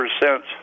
percent